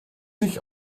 sich